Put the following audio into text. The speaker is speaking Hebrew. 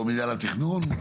או ממינהל התכנון?